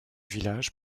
villages